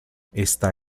está